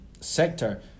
sector